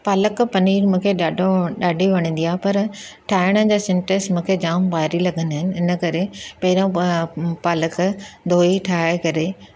पालक पनीर मूंखे ॾाढो ॾाढी वणंदी आहे पर ठाहिण जा सिंटेंस मूंखे जाम भारी लॻंदा आहिनि हिन करे पहिरियों पालक धोई ठाहे करे